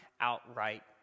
outright